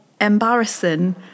embarrassing